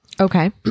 Okay